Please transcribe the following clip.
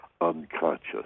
unconscious